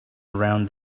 around